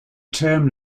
term